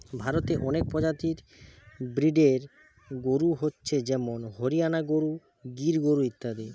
ভারতে অনেক প্রজাতির ব্রিডের গরু হচ্ছে যেমন হরিয়ানা গরু, গির গরু ইত্যাদি